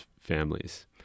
families